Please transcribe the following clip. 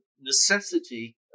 necessity